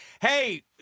hey